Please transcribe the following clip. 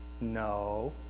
No